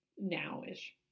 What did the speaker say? now-ish